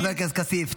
חבר הכנסת כסיף,